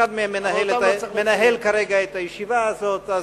אחד מהם מנהל כרגע את הישיבה הזאת.